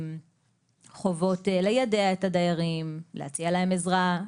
חובות ליידע את הדיירים, להציע להם עזרה.